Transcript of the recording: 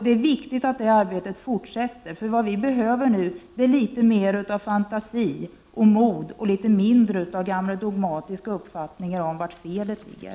Det är viktigt att det arbetet fortsätter. Vi behöver litet mer av fantasi och mod och litet mindre av gamla dogmatiska uppfattningar om var felet ligger.